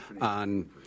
on